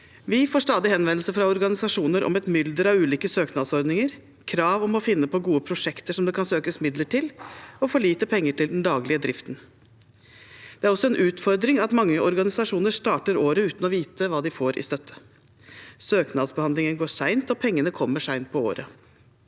Vi får stadig henvendelser fra organisasjoner om et mylder av ulike søknadsordninger, krav om å finne på gode prosjekter som det kan søkes midler til, og for lite penger til den daglige driften. Det er også en utfordring at mange organisasjoner starter året uten å vite hva de får i støtte. Søknadsbehandlingen går sent, og pengene kommer sent på året.